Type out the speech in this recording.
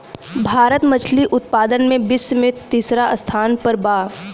भारत मछली उतपादन में विश्व में तिसरा स्थान पर बा